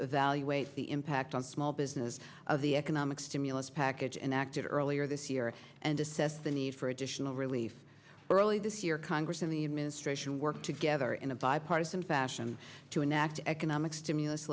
evaluate the impact on small business of the economic stimulus package and acted earlier this year and assess the need for additional relief early this year congress and the administration work together in a bipartisan fashion to enact economic stimulus